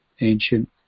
ancient